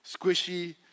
squishy